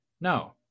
no